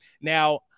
Now